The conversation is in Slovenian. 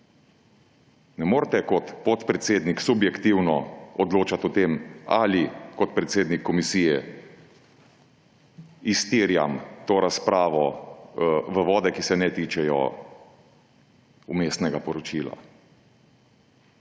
ne morete kot podpredsednik subjektivno odločati o tem, ali kot predsednik komisije iztirjam to razpravo v vode, ki se ne tičejo vmesnega poročila.